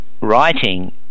writing